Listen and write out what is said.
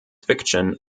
fiction